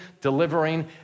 delivering